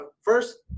first